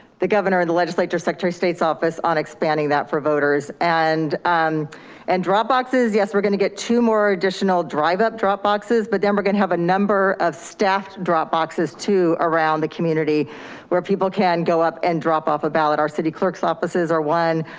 the governor, the legislature, secretary state's office on expanding that for voters. and um and dropboxes, yes, we're gonna get two more additional drive-up drop boxes, but then we're gonna have a number of staffed drop boxes too around the community where people can go up and drop off a ballot. our city clerk's offices are one.